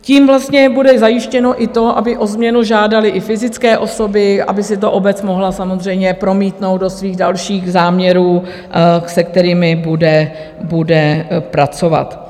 Tím vlastně bude zajištěno i to, aby o změnu žádaly i fyzické osoby, aby si to obec mohla samozřejmě promítnout do svých dalších záměrů, se kterými bude pracovat.